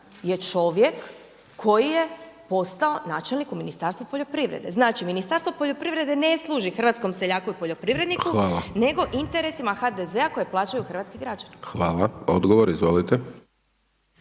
(SDP)** Hvala. Odgovor, izvolite.